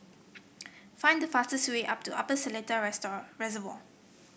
find the fastest way Upper Seletar Reservoir